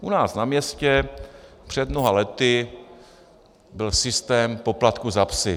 U nás na městě před mnoha lety byl systém poplatků za psy.